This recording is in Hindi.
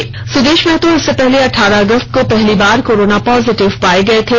जानकारी हो कि सुदेश महतो इससे पहले अठारह अगस्त को पहली बार कोरोना पॉजिटिव पाए गए थे